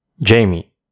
Jamie